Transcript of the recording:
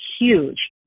huge